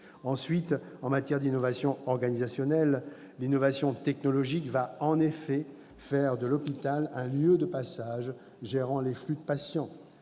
Ensuite, en matière d'innovation organisationnelle : l'innovation technologique va, en effet, faire de l'hôpital un lieu de passage gérant les flux de patients.